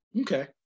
Okay